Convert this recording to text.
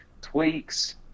tweaks